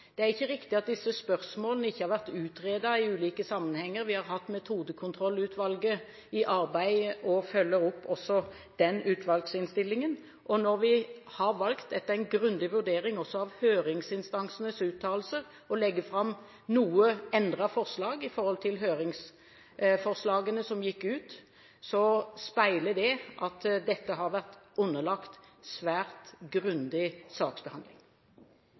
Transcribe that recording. Det er ikke riktig at disse spørsmålene ikke har vært utredet i ulike sammenhenger. Vi har hatt Metodekontrollutvalget i arbeid og følger opp også den utvalgsinnstillingen. Når vi etter en grundig vurdering også av høringsinstansenes uttalelser har valgt å legge fram et noe endret forslag i forhold til høringsforslagene som gikk ut, speiler det at dette har vært underlagt en svært grundig saksbehandling.